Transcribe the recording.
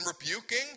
rebuking